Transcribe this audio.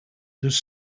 does